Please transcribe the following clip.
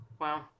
Wow